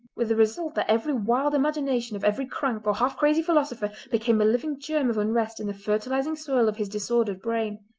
with the result that every wild imagination of every crank or half-crazy philosopher became a living germ of unrest in the fertilising soil of his disordered brain.